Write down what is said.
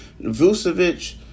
Vucevic